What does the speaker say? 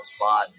spot